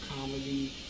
comedy